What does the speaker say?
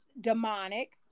demonic